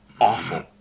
Awful